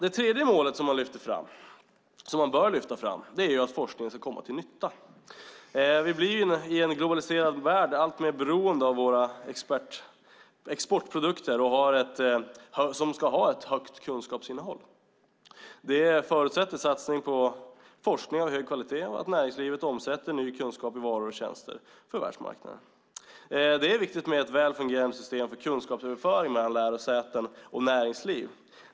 Det tredje målet som man bör lyfta fram är att forskningen ska komma till nytta. Vi blir i en globaliserad värld allt mer beroende av att våra exportprodukter har ett högt kunskapsinnehåll. Det förutsätter satsning på forskning av hög kvalitet och att näringslivet omsätter ny kunskap i varor och tjänster för världsmarknaden. Det är viktigt med ett väl fungerande system för kunskapsöverföring mellan lärosäten och näringsliv.